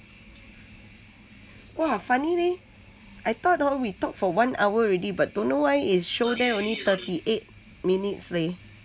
!wah! funny leh I thought hor we talked for one hour already but don't know why is show there only thirty eight minutes leh